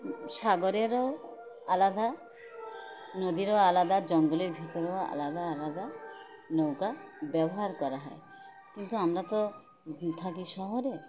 সাগরেরও আলাদা নদীরও আলাদা জঙ্গলের ভিতরেও আলাদা আলাদা নৌকা ব্যবহার করা হয় কিন্তু আমরা তো থাকি শহরে